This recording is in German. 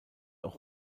auch